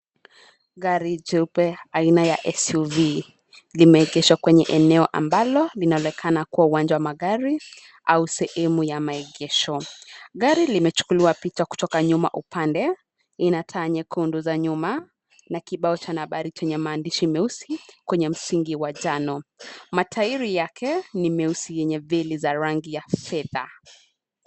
Gari jeupe, aina ya SUV limeegeshwa kwenye eneo ambalo, linaonekana kuwa uwanja wa magari, au sehemu ya maegesho. Gari limechukuliwa picha kutoka nyuma upande. Ina taa nyekundu za nyuma, na kibao cha nambari chenye maandishi meusi, kwenye msingi wa njano. Matairi yake ni meusi yenye veli za rangi ya fedha.